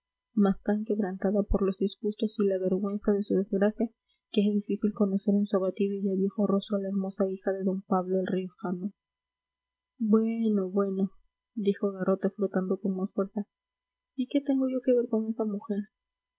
mas tan quebrantada por los disgustos y la vergüenza de su desgracia que es difícil conocer en su abatido y ya viejo rostro a la hermosa hija de don pablo el riojano bueno bueno dijo garrote frotando con más fuerza y qué tengo yo que ver con esa mujer